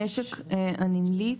המשק הנמלי,